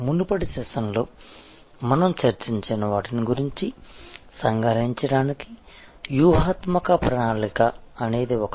మునుపటి సెషన్లో మనం చర్చించిన వాటిని సంగ్రహించడానికి వ్యూహాత్మక ప్రణాళిక అనేది ఒక విధమైన మ్యాప్